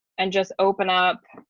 and just open up